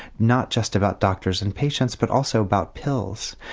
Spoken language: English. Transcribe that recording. not just about doctors and patients but also about pills.